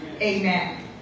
Amen